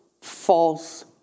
false